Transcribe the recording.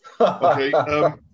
Okay